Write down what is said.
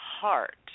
heart